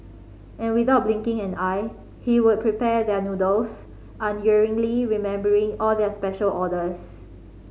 and without blinking an eye he would prepare their noodles unerringly remembering all their special orders